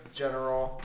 general